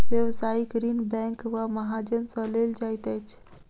व्यवसायिक ऋण बैंक वा महाजन सॅ लेल जाइत अछि